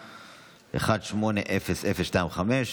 פ/1800/25,